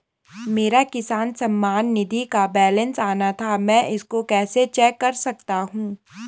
मेरा किसान सम्मान निधि का बैलेंस आना था मैं इसको कैसे चेक कर सकता हूँ?